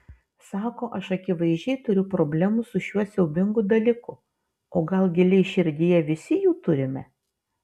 sako aš akivaizdžiai turiu problemų su šiuo siaubingu dalyku o gal giliai širdyje visi jų turime